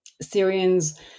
Syrians